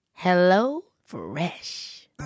HelloFresh